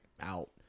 out